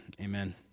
Amen